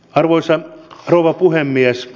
arvoisa rouva puhemies